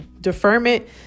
Deferment